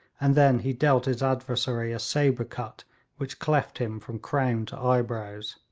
and then he dealt his adversary a sabre cut which cleft him from crown to eyebrows.